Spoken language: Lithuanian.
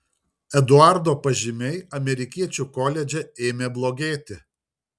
eduardo pažymiai amerikiečių koledže ėmė blogėti